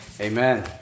Amen